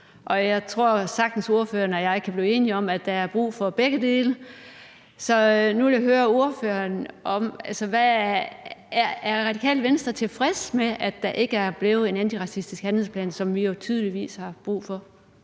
og jeg tror sagtens at ordførerne jeg kan blive enige om, at der er brug for begge dele. Så nu vil jeg høre ordføreren: Er Radikale Venstre tilfredse med, at det ikke er blevet til noget med en antiracistisk handleplan, som vi jo tydeligvis har brug for?